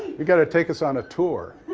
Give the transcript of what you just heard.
you got to take us on a tour.